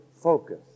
focus